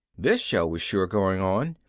this show was sure going on,